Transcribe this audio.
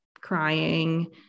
crying